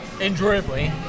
enjoyably